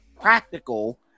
practical